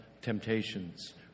temptations